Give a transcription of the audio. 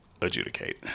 adjudicate